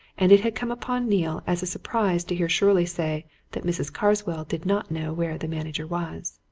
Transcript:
and it had come upon neale as a surprise to hear shirley say that mrs. carswell did not know where the manager was.